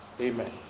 Amen